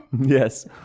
yes